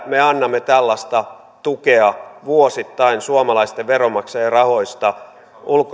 me annamme tällaista tukea vuosittain suomalaisten veronmaksajien rahoista